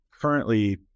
currently